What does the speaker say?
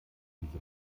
diese